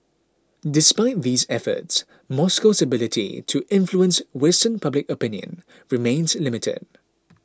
despite these efforts Moscow's ability to influence Western public opinion remains limited